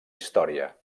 història